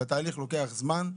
והתהליך לוקח זמן.